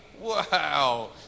Wow